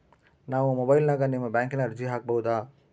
ನಾವು ಮೊಬೈಲಿನ್ಯಾಗ ನಿಮ್ಮ ಬ್ಯಾಂಕಿನ ಅರ್ಜಿ ಹಾಕೊಬಹುದಾ?